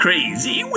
Crazy